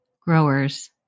growers